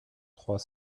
trois